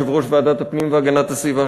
כשהיה יושב-ראש ועדת הפנים והגנת הסביבה,